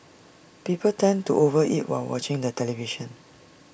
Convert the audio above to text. people tend to over eat while watching the television